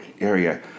area